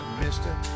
mister